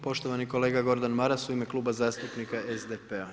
Poštovani kolega Gordan Maras u ime Kluba zastupnika SDP-a.